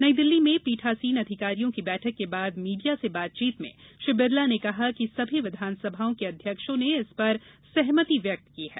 नई दिल्ली में पीठासीन आधिकारियों की बैठक के बाद मीडिया से बातचीत में श्री बिरला ने कहा कि सभी विधान सभाओं के अध्यक्षों ने इस पर सहमति व्यक्त की है